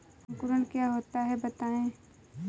अंकुरण क्या होता है बताएँ?